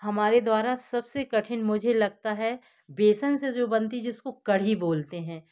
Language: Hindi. हमारे द्वारा सब से कठिन मुझे लगता है बेसन से जो बनती जिसको कड़ी बोलते हैं